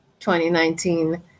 2019